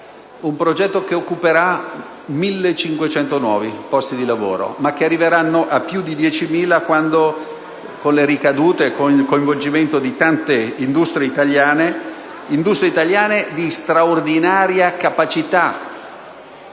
un progetto che darà 1.500 nuovi posti di lavoro, ma che arriveranno a più di 10.000 con le ricadute e il coinvolgimento di tante industrie italiane di straordinaria capacità,